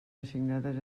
assignades